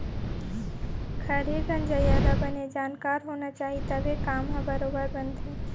खरही गंजइया ल बने जानकार होना चाही तभे काम ह बरोबर बनथे